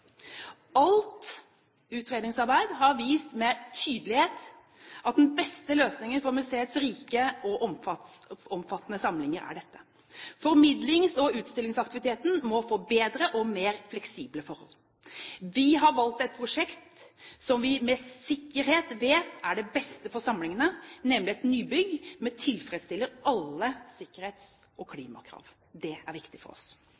Alt utredningsarbeid har vist med tydelighet at den beste løsningen for museets rike og omfattende samlinger er dette. Formidlings- og utstillingsaktiviteten må få bedre og mer fleksible forhold. Vi har valgt et prosjekt som vi med sikkerhet vet er det beste for samlingene, nemlig et nybygg som tilfredsstiller alle sikkerhets- og klimakrav. Det er viktig for oss.